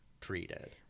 treated